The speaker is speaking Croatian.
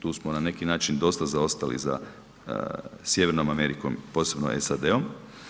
Tu smo na neki način dosta zaostali za sjevernom Amerikom, posebno SAD-om.